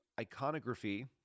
iconography